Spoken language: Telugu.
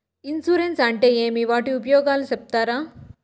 ఇన్సూరెన్సు అంటే ఏమి? వాటి ఉపయోగాలు సెప్తారా?